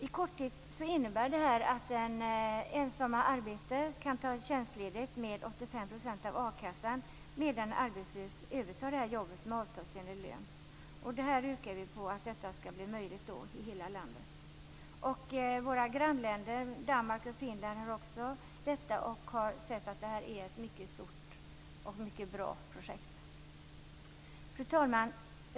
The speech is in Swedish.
I korthet innebär detta att en person kan ta tjänstledigt med 85 % ersättning från a-kassan, medan en arbetslös övertar jobbet med avtalsenlig lön. Vi yrkar att detta skall bli möjligt i hela landet. I våra grannländer Danmark och Finland har man detta system, och man menar att detta är ett mycket stort och bra projekt. Fru talman!